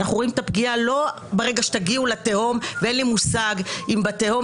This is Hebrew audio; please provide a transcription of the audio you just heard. אנחנו רואים את הפגיעה ולא ברגע שתגיעו לתהום ואין לי מושג אם בתהום